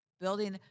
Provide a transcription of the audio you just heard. building